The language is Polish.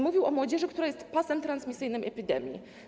Mówił o młodzieży, która jest pasem transmisyjnym epidemii.